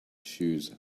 shoes